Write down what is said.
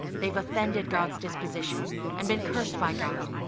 they've offended god's disposition and been cursed by god.